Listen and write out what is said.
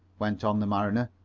went on the mariner.